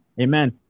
Amen